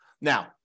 Now